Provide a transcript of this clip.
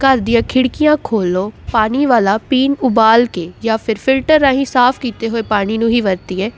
ਘਰ ਦੀਆਂ ਖਿੜਕੀਆਂ ਖੋਲ੍ਹੋ ਪਾਣੀ ਵਾਲਾ ਪੀਣ ਉਬਾਲ ਕੇ ਜਾਂ ਫਿਰ ਫਿਲਟਰ ਰਾਹੀਂ ਸਾਫ਼ ਕੀਤੇ ਹੋਏ ਪਾਣੀ ਨੂੰ ਹੀ ਵਰਤੀਏ